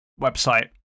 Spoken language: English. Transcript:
website